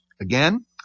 Again